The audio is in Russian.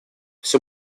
все